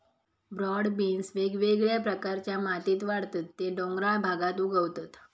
broad beans वेगवेगळ्या प्रकारच्या मातीत वाढतत ते डोंगराळ भागात उगवतत